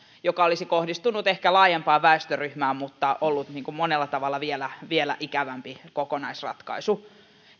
joka olisi kohdistunut ehkä laajempaan väestöryhmään mutta ollut monella tavalla vielä vielä ikävämpi kokonaisratkaisu